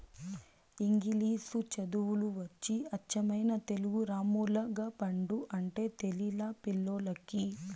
ఇంగిలీసు చదువులు వచ్చి అచ్చమైన తెలుగు రామ్ములగపండు అంటే తెలిలా పిల్లోల్లకి